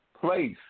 place